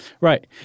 Right